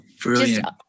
brilliant